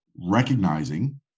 recognizing